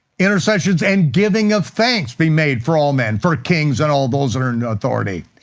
intersections and giving of thanks be made for all men, for kings, and all those that are in authority.